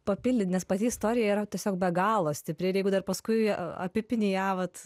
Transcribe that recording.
papildyt nes pati istorija yra tiesiog be galo stipri ir jeigu dar paskui apipini ją vat